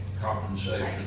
compensation